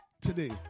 today